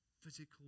physical